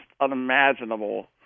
unimaginable